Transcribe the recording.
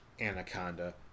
Anaconda